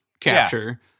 capture